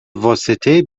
واسطه